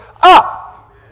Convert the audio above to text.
up